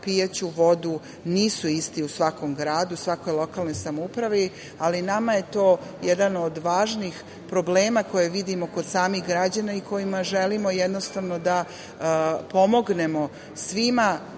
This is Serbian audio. pijaću vodu nisu isti u svakom gradu, u svakoj lokalnoj samoupravu, ali nama je to jedan od važnih problema koje vidimo kod samih građana i želimo da pomognemo svima